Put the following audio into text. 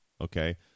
Okay